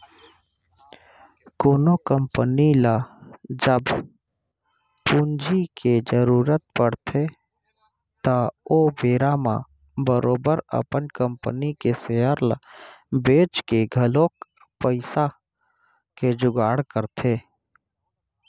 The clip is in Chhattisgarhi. कोनो कंपनी ल जब पूंजी के जरुरत के पड़थे त ओ बेरा म बरोबर अपन कंपनी के सेयर ल बेंच के घलौक पइसा के जुगाड़ करथे